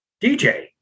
DJ